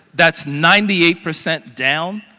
that is ninety eight percent down.